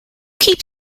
keep